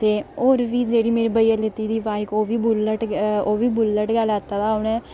ते होर बी जेह्ड़े मेरे भइया लैती दी बाईक ओह्बी बुलेट गै लैते दा उ'नें